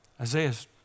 Isaiah's